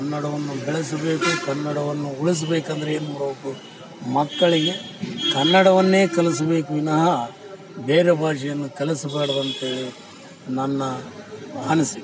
ಕನ್ನಡವನ್ನು ಬೆಳೆಸಬೇಕು ಕನ್ನಡವನ್ನು ಉಳಿಸ್ಬೇಕಂದರೆ ಏನು ಮಾಡಬೇಕು ಮಕ್ಕಳಿಗೆ ಕನ್ನಡವನ್ನೇ ಕಲಿಸಬೇಕು ವಿನಃ ಬೇರೆ ಭಾಷೆಯನ್ನು ಕಲಿಸ್ಬಾರ್ದು ಅಂತ್ಹೇಳಿ ನನ್ನ ಅನಿಸಿಕೆ